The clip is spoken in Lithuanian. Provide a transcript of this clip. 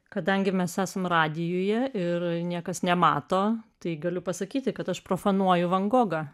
kadangi mes esam radijuje ir niekas nemato tai galiu pasakyti kad aš profanuoju van gogą